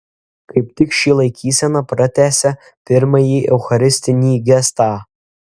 kaip tik ši laikysena pratęsia pirmąjį eucharistinį gestą